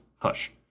hush